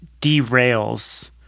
derails